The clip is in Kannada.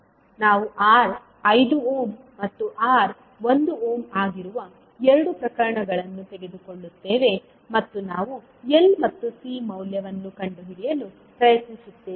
ನಾವು R 5 ಓಮ್ ಮತ್ತು R 1 ಓಮ್ ಆಗಿರುವ 2 ಪ್ರಕರಣಗಳನ್ನು ತೆಗೆದುಕೊಳ್ಳುತ್ತೇವೆ ಮತ್ತು ನಾವು L ಮತ್ತು C ಮೌಲ್ಯವನ್ನು ಕಂಡುಹಿಡಿಯಲು ಪ್ರಯತ್ನಿಸುತ್ತೇವೆ